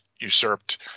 usurped